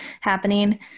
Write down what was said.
happening